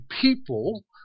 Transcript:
people